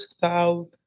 south